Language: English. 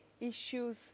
issues